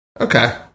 Okay